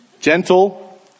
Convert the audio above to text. Gentle